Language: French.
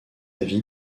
vie